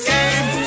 Game